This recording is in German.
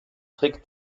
trick